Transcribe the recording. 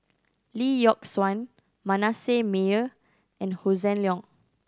Lee Yock Suan Manasseh Meyer and Hossan Leong